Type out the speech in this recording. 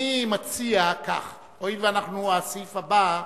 אני מציע כך: הואיל והסעיף הבא,